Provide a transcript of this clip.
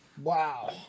Wow